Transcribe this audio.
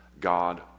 God